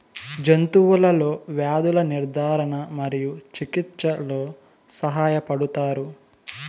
జంతువులలో వ్యాధుల నిర్ధారణ మరియు చికిత్చలో సహాయపడుతారు